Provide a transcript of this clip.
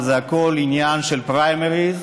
זה הכול עניין של פריימריז,